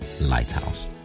Lighthouse